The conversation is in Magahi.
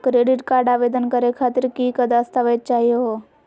क्रेडिट कार्ड आवेदन करे खातीर कि क दस्तावेज चाहीयो हो?